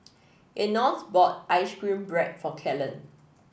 Enos bought ice cream bread for Kellan